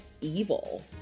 evil